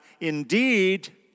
indeed